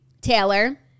Taylor